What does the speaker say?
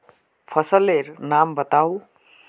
फसल लेर नाम बाताउ?